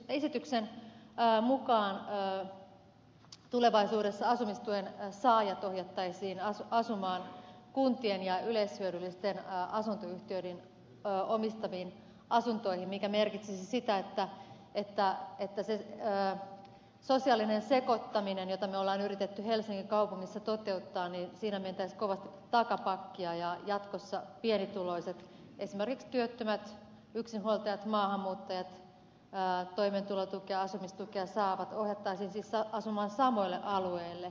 tämän esityksen mukaan tulevaisuudessa asumistuen saajat ohjattaisiin asumaan kuntien ja yleishyödyllisten asuntoyhtiöiden omistamiin asuntoihin mikä merkitsisi sitä että siinä sosiaalisessa sekoittamisessa jota me olemme yrittäneet helsingin kaupungissa toteuttaa mentäisiin kovasti takapakkia ja jatkossa pienituloiset esimerkiksi työttömät yksinhuoltajat maahanmuuttajat toimeentulotukea asumistukea saavat ohjattaisiin siis asumaan samoille alueille